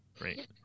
Right